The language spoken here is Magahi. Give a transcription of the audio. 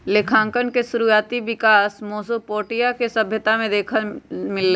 लेखांकन के शुरुआति विकास मेसोपोटामिया के सभ्यता में देखे के मिलइ छइ